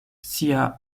sia